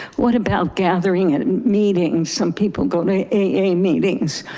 what about gathering it meeting, some people go to a meetings,